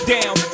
Down